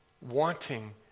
wanting